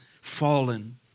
fallen